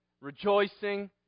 Rejoicing